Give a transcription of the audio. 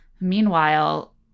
Meanwhile